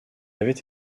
avait